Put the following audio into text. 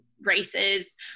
races